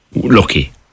lucky